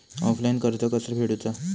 Offline कर्ज कसा फेडूचा?